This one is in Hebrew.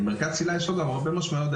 מרכז צלילה, יש לו עוד הרבה משמעויות.